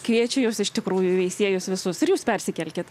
kviečiu jus iš tikrųjų į veisiejus visus ir jus persikelkit